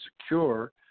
secure